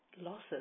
losses